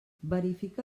verifica